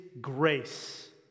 grace